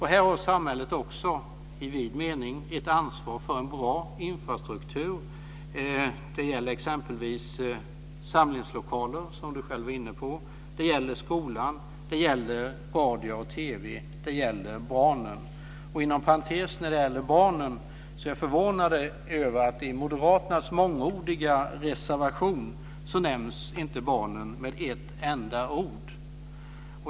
Här har samhället i vid mening också ett ansvar för en bra infrastruktur. Det gäller exempelvis samlingslokaler, som Birgitta Sellén själv var inne på, det gäller skolan, det gäller radio och TV och det gäller barnen. Inom parentes sagt är jag när det gäller barnen förvånad över att moderaterna i sin mångordiga reservation inte nämner barnen med ett enda ord.